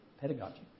pedagogy